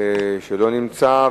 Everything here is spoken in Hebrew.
שלא נמצא,